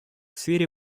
сфере